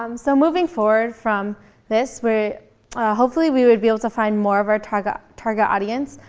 um so moving forward from this where hopefully we would be able to find more of our target target audience,